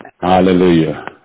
Hallelujah